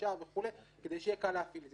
שישה וכו' כדי שיהיה קל להפעיל את זה.